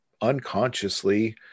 unconsciously